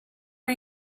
are